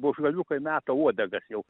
buožgalviukai meta uodegas jau